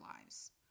lives